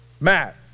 Matt